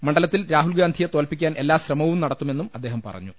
മണ്ഡലത്തിൽ രാഹുൽഗാ ന്ധിയെ തോൽപ്പിക്കാൻ എല്ലാ ശ്രമവും നടത്തുമെന്നും അദ്ദേഹം പറഞ്ഞു